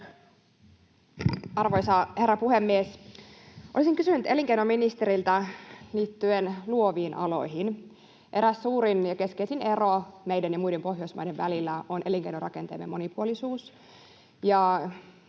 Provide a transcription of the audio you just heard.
Arvoisa herra puhemies! Olisin kysynyt elinkeinoministeriltä liittyen luoviin aloihin. Eräs suurin ja keskeisin ero meidän ja muiden Pohjoismaiden välillä on elinkeinorakenteiden monipuolisuus.